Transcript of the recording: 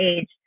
age